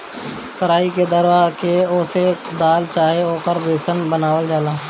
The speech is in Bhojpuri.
कराई के दरवा के ओसे दाल चाहे ओकर बेसन बनावल जाला